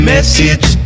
message